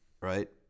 right